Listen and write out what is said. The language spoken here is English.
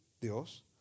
Dios